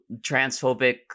transphobic